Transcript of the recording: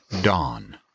Dawn